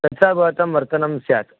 तथा च भवतः वर्तनं स्यात्